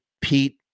Pete